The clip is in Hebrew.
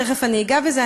תכף אני אגע בזה,